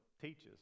teaches